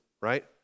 right